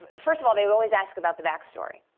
first of all, they always asked about the back story,